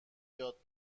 یاد